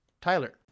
Tyler